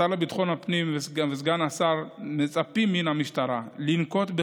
השר לביטחון הפנים וסגן השר מצפים מן המשטרה לנקוט את